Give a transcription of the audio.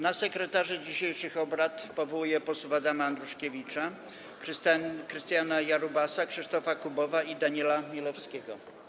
Na sekretarzy dzisiejszych obrad powołuję posłów Adama Andruszkiewicza, Krystiana Jarubasa, Krzysztofa Kubowa i Daniela Milewskiego.